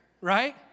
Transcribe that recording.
right